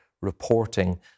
reporting